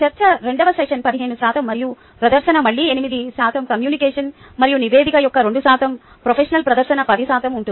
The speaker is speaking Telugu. చర్చ రెండవ సెషన్ 15 శాతం మరియు ప్రదర్శన మళ్ళీ 8 శాతం కమ్యూనికేషన్ మరియు నివేదిక యొక్క 2 శాతం ప్రొఫెషనల్ ప్రదర్శన 10 శాతం ఉంటుంది